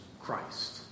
Christ